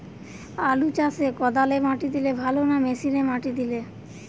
আলু চাষে কদালে মাটি দিলে ভালো না মেশিনে মাটি দিলে?